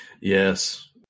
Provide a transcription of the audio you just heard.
Yes